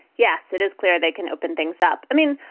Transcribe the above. yes, it is clear they can open things up. i mean,